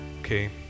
Okay